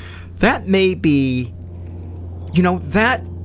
that may be you know, that